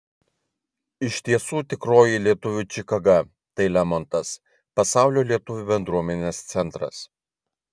iš tiesų tikroji lietuvių čikaga tai lemontas pasaulio lietuvių bendruomenės centras